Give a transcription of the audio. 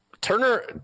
Turner –